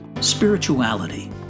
Spirituality